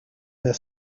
their